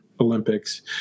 olympics